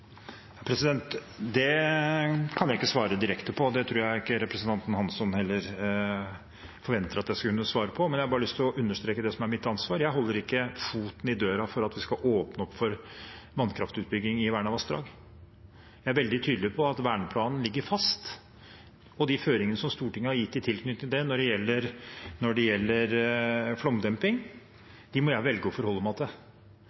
Det kan jeg ikke svare direkte på, og det tror jeg ikke representanten Hansson heller forventer at jeg skal kunne svare på. Jeg har bare lyst til å understreke det som er mitt ansvar. Jeg holder ikke foten i døra for at vi skal åpne opp for vannkraftutbygging i vernede vassdrag. Jeg er veldig tydelig på at verneplanen ligger fast, og de føringene som Stortinget har gitt i tilknytning til det når det gjelder flomdemping, må jeg velge å forholde meg til. Hvis vi skal gjennomføre et flomdempingstiltak i tilknytning til et